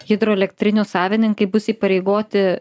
hidroelektrinių savininkai bus įpareigoti